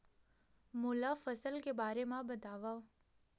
मोला फसल के बारे म बतावव?